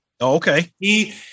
Okay